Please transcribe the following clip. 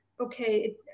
okay